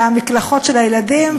המקלחות של הילדים,